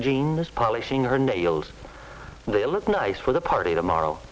this polishing her nails they look nice for the party tomorrow